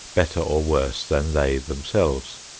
better or worse than they themselves.